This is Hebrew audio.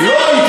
הרפואי.